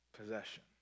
possession